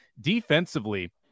defensively